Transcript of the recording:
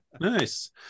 Nice